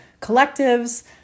collectives